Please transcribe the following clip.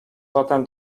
zatem